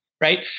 right